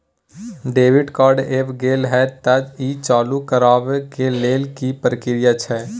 Debit card ऐब गेल हैं त ई चालू करबा के लेल की प्रक्रिया छै?